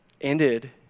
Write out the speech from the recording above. ended